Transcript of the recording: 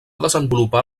desenvolupar